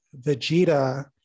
Vegeta